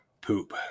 poop